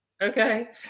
Okay